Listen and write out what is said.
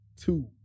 two